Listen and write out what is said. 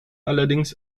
allerdings